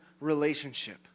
relationship